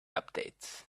updates